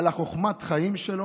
על חוכמת החיים שלו.